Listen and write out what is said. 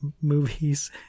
movies